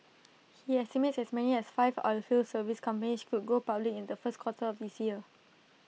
he estimates as many as five oilfield service companies could go public in the first quarter of this year